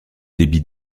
débit